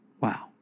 Wow